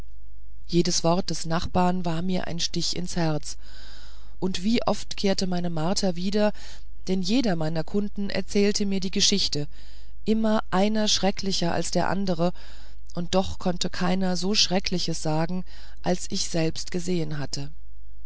jedes wort des nachbars war mir ein stich ins herz und wie oft kehrte meine marter wieder denn jeder meiner kunden erzählte mir die geschichte immer einer schrecklicher als der andere und doch konnte keiner so schreckliches sagen als ich selbst gesehen hatte